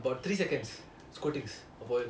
about three seconds squirtings of oil